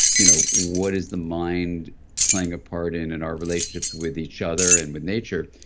you know what is the mind playing a part in in our relationships with each other and with nature,